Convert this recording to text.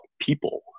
people